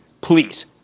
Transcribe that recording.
please